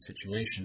situation